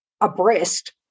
abreast